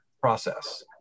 process